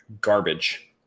garbage